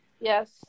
Yes